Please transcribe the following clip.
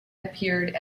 appeared